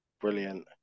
brilliant